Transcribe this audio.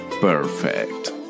Perfect